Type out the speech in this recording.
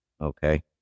Okay